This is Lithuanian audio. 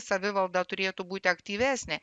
savivalda turėtų būti aktyvesnė